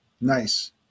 Nice